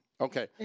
Okay